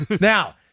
Now